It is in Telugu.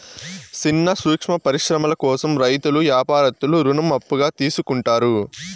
సిన్న సూక్ష్మ పరిశ్రమల కోసం రైతులు యాపారత్తులు రుణం అప్పుగా తీసుకుంటారు